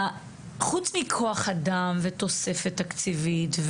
חוץ מכוח אדם ותוספת תקציבית,